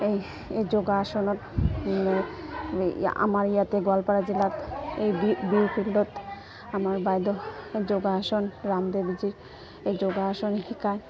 এই এই যোগাসনত এই আমাৰ ইয়াতে গোৱলপাৰা জিলাত এই বিহু ফিল্ডত আমাৰ বাইদেউ এই যোগাসন ৰামদেৱজীৰ এই যোগাসন শিকায়